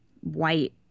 white